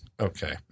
Okay